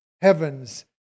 heavens